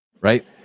right